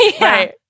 Right